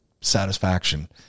satisfaction